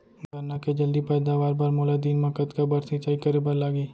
गन्ना के जलदी पैदावार बर, मोला दिन मा कतका बार सिंचाई करे बर लागही?